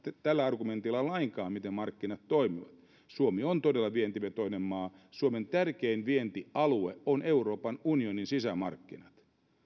tällä argumentilla lainkaan miten markkinat toimivat suomi on todella vientivetoinen maa suomen tärkein vientialue on euroopan unionin sisämarkkinat